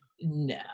no